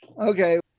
okay